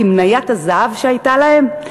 כי מניית הזהב שהייתה להן,